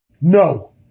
No